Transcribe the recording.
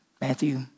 Matthew